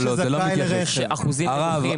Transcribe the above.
הרב,